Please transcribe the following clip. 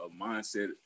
mindset